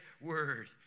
word